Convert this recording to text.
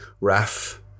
raf